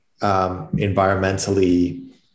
environmentally